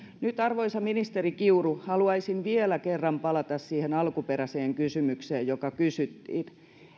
nyt arvoisa ministeri kiuru haluaisin vielä kerran palata siihen alkuperäiseen kysymykseen joka kysyttiin